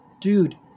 dude